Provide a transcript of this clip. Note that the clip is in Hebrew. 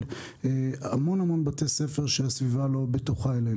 של המון המון בתי ספר שהסביבה לא בטוחה שם.